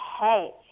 Hey